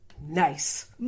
nice